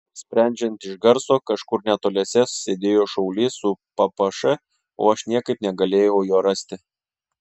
sprendžiant iš garso kažkur netoliese sėdėjo šaulys su ppš o aš niekaip negalėjau jo rasti